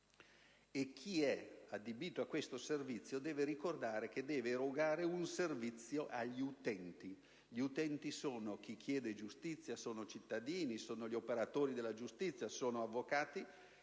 e chi è adibito a tale servizio deve ricordare che deve erogare un servizio agli utenti, e cioè a chi chiede giustizia, ai cittadini, agli operatori della giustizia, agli avvocati.